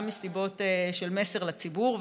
גם מסיבות של מסר לציבור,